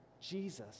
Jesus